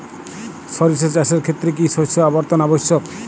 সরিষা চাষের ক্ষেত্রে কি শস্য আবর্তন আবশ্যক?